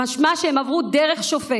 משמע שהם עברו דרך שופט,